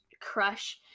crush